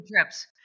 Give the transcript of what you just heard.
trips